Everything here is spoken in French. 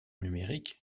numérique